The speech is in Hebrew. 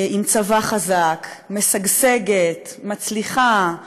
עם צבא חזק, משגשגת, מצליחה,